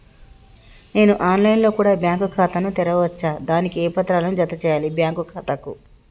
నేను online లో కూడా బ్యాంకు ఖాతా ను తెరవ వచ్చా? దానికి ఏ పత్రాలను జత చేయాలి బ్యాంకు ఖాతాకు?